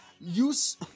use